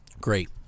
great